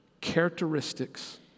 characteristics